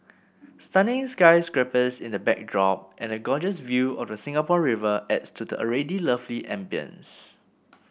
stunning sky scrapers in the backdrop and a gorgeous view of the Singapore River adds to the already lovely ambience